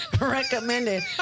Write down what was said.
recommended